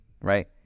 right